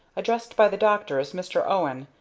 addressed by the doctor as mr. owen,